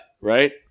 Right